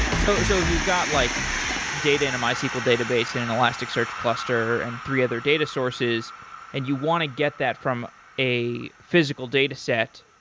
so so if you've got like data in a mysql database and an elasticsearch cluster and three other data sources and you want to get that from a physical dataset